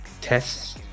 tests